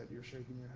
you're shaking